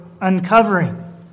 uncovering